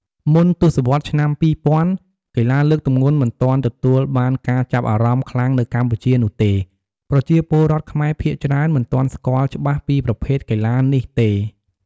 មុនទសវត្សរ៍ឆ្នាំ២០០០ កីឡាលើកទម្ងន់មិនទាន់ទទួលបានការចាប់អារម្មណ៍ខ្លាំងនៅកម្ពុជានោះទេ។ ប្រជាពលរដ្ឋខ្មែរភាគច្រើនមិនទាន់ស្គាល់ច្បាស់ពីប្រភេទកីឡានេះទេ។